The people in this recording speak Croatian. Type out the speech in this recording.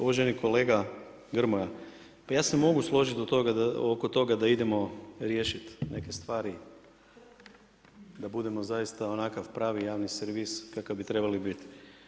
Uvaženi kolega Grmoja pa ja se mogu složiti oko toga da idemo riješiti neke stvari da budemo zaista onakav pravi javni servis kakav bi trebali biti.